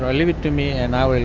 ah leave it to me and i'll